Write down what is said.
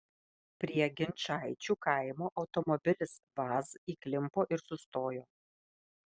prie ginčaičių kaimo automobilis vaz įklimpo ir sustojo